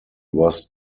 was